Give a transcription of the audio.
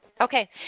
okay